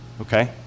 Okay